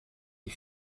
les